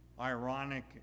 ironic